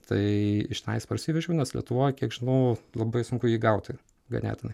tai iš tenais parsivežiau nes lietuvoj kiek žinau labai sunku jį gauti ganėtinai